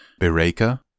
Bereka